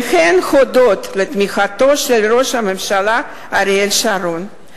והן הודות לתמיכתו של ראש הממשלה אריאל שרון.